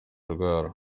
arwara